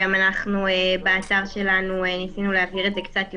וגם בהצעה שלנו ניסינו להבהיר את זה קצת יותר.